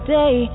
day